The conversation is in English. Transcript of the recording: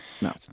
no